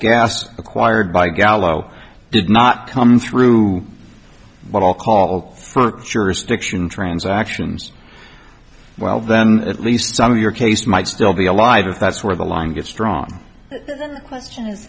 gas acquired by gallo did not come through what i'll call jurisdiction transactions while then at least some of your case might still be alive if that's where the line gets strong